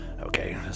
okay